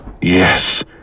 Yes